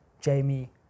Jamie